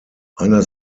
einer